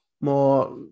more